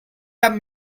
have